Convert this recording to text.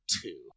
two